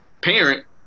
parent